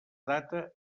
data